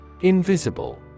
Invisible